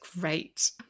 Great